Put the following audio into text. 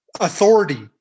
authority